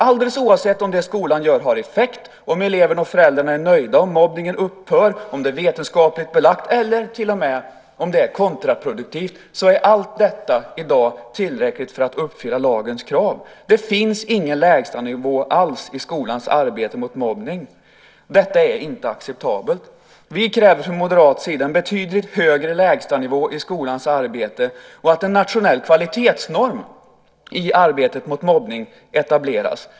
Alldeles oavsett om det som skolan gör har effekt - om eleverna och föräldrarna är nöjda, om mobbningen upphör, om det är vetenskapligt belagt eller till och med om det är kontraproduktivt - är det i dag tillräckligt för att uppfylla lagens krav. Det finns ingen lägstanivå alls i skolans arbete mot mobbning. Detta är inte acceptabelt. Vi kräver från moderat sida en betydligt högre lägstanivå i skolans arbete och att en nationell kvalitetsnorm i arbetet mot mobbning etableras.